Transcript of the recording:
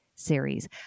Series